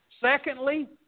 secondly